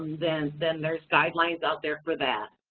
then then there's guidelines out there for that.